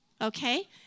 Okay